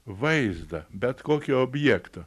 vaizdą bet kokio objekto